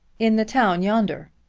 in the town yonder.